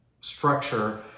structure